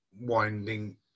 winding